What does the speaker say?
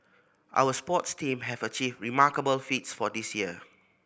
our sports team have achieved remarkable feats this year